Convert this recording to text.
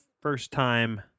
first-time